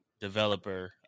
developer